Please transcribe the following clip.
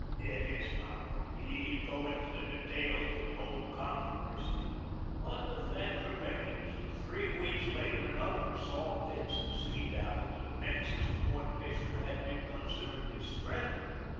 it is not for me to go into the details of an old controversy but the fact remains that three weeks later another assault did succeed after the defences of fort fisher had been considerably strengthened.